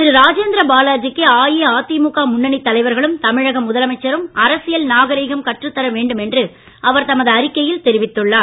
திரு ராஜேந்திர பாலாஜிக்கு அஇஅதிமுக முன்னணி தலைவர்களும் தமிழக முதலமைச்சரும் அரசியல் நாகரீகம் கற்றுத் தர வேண்டும் என்று அவர் தமது அறிக்கையில் தெரிவித்துள்ளார்